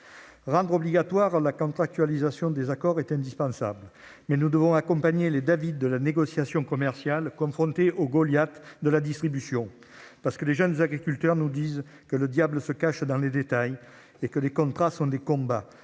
Rendre obligatoire la contractualisation des accords est indispensable ; mais nous devons accompagner les David de la négociation commerciale confrontés aux Goliath de la grande distribution. Les jeunes agriculteurs nous disent que « le diable se cache dans les détails » et que « les contrats sont des combats